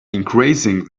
increasing